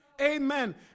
Amen